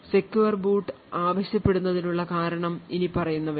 secure boot ആവശ്യപ്പെടുന്നതിനുള്ള കാരണം ഇനിപ്പറയുന്നവയാണ്